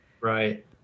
right